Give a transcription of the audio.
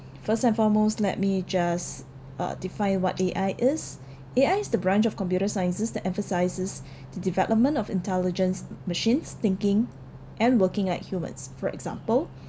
first and foremost let me just uh define what A_I is A_I is the branch of computer sciences that emphasizes the development of intelligence machines thinking and working like humans for example